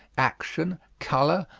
action, color,